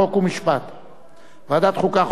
חוק ומשפט נתקבלה.